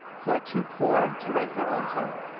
who are too poor to rent their own home,